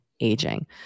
aging